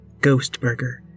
Ghostburger